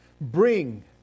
bring